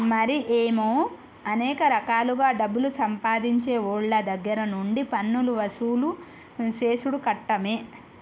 మరి ఏమో అనేక రకాలుగా డబ్బులు సంపాదించేవోళ్ళ దగ్గర నుండి పన్నులు వసూలు సేసుడు కట్టమే